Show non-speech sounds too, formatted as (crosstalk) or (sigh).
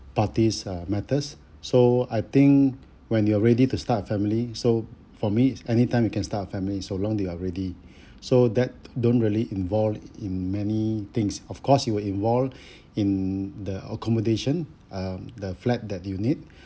parties are matters so I think when you're ready to start a family so for me it's anytime you can start a family so long you are ready (breath) so that don't really involved in many things of course you were involved (breath) in the accommodation uh the flat that you need (breath)